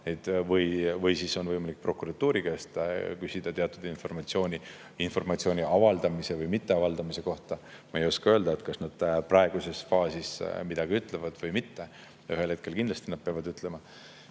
või siis on võimalik prokuratuuri käest küsida teatud informatsiooni. Informatsiooni avaldamise või mitteavaldamise kohta ma ei oska öelda, kas nad praeguses faasis midagi ütlevad või mitte. Ühel hetkel nad kindlasti peavad ütlema,